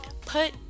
Put